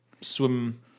swim